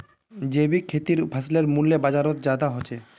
जैविक खेतीर फसलेर मूल्य बजारोत ज्यादा होचे